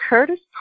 Curtis